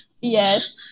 yes